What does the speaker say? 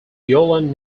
yulon